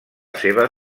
seva